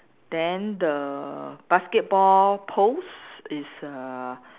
then the basketball post is err